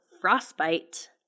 frostbite